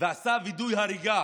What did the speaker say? ועשתה וידוא הריגה